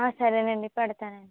సరే అండి పెడతాను అండి